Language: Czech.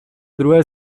druhé